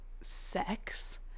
sex